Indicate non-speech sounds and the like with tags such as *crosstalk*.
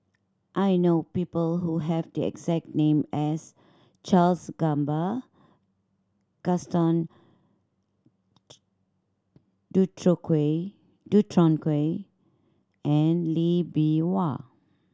I know people who have the exact name as Charles Gamba Gaston *unintelligible* Dutronquoy and Lee Bee Wah